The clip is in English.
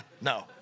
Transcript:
No